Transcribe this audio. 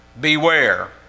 beware